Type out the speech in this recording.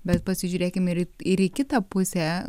bet pasižiūrėkim ir į ir į kitą pusę